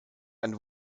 ein